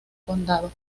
condado